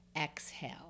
Exhale